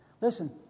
Listen